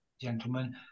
gentlemen